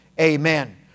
Amen